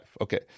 Okay